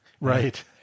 right